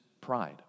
pride